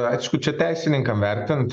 aišku čia teisininkam vertint